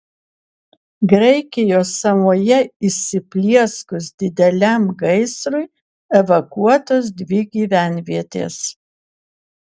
graikijos saloje įsiplieskus dideliam gaisrui evakuotos dvi gyvenvietės